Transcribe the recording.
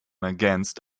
against